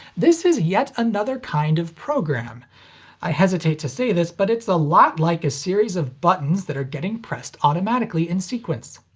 this is yet another kind of program i hesitate to say this but it's a lot like a series of buttons that are getting pressed automatically in sequence.